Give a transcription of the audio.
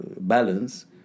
balance